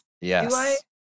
Yes